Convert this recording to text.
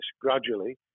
gradually